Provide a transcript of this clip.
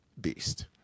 beast